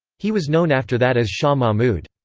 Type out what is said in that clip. he was known after that as shah mahmud.